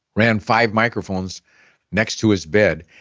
ran five microphones next to his bed,